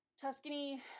Tuscany